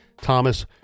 Thomas